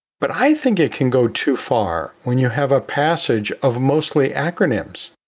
but i think it can go too far when you have a passage of mostly acronyms.